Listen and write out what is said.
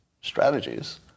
strategies